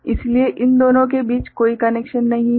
इसलिए इन दोनों के बीच कोई कनैक्शन नहीं है